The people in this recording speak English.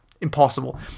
impossible